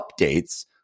updates